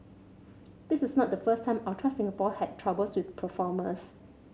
this is not the first time Ultra Singapore had troubles with performers